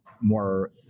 more